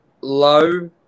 Low